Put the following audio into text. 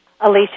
Alicia